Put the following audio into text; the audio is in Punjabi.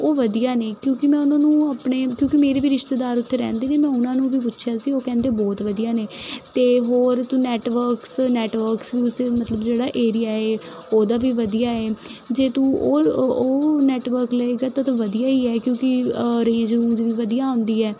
ਉਹ ਵਧੀਆ ਨੇ ਕਿਉਂਕਿ ਮੈਂ ਉਹਨਾਂ ਨੂੰ ਆਪਣੇ ਕਿਉਂਕਿ ਮੇਰੇ ਵੀ ਰਿਸ਼ਤੇਦਾਰ ਉੱਥੇ ਰਹਿੰਦੇ ਨੇ ਮੈਂ ਉਹਨਾਂ ਨੂੰ ਵੀ ਪੁੱਛਿਆ ਸੀ ਉਹ ਕਹਿੰਦੇ ਬਹੁਤ ਵਧੀਆ ਨੇ ਅਤੇ ਹੋਰ ਤੂੰ ਨੈਟਵਰਕਸ ਨੈਟਵਰਕਸ ਊ ਸੂ ਮਤਲਬ ਜਿਹੜਾ ਏਰੀਆ ਹੈ ਉਹਦਾ ਵੀ ਵਧੀਆ ਹੈ ਜੇ ਤੂੰ ਉਹ ਉਹ ਨੈਟਵਰਕ ਲਏਗਾ ਤਾਂ ਵਧੀਆ ਹੈ ਕਿਉਂਕਿ ਰੇਂਜ ਰੂੰਜ ਵੀ ਵਧੀਆ ਆਉਂਦੀ ਹੈ